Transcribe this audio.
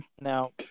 Now